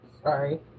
Sorry